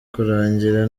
kurangira